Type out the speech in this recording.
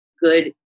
good